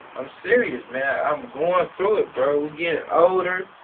i'm serious, man. i'm going through it, bro. we getting older,